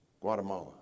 Guatemala